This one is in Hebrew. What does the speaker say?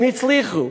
הם הצליחו.